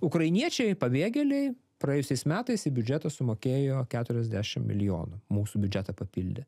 ukrainiečiai pabėgėliai praėjusiais metais į biudžetą sumokėjo keturiasdešimt milijonų mūsų biudžetą papildė